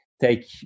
take